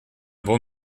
bon